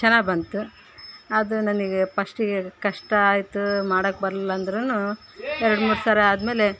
ಚೆನ್ನಾಗ್ ಬಂತು ಅದು ನನಗೆ ಫಸ್ಟಿಗೆ ಕಷ್ಟಾಯಿತು ಮಾಡೊಕ್ ಬರಲಿಲ್ಲಾಂದ್ರು ಎರಡು ಮೂರುಸಾರೆ ಆದಮೇಲೆ